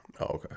Okay